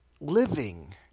living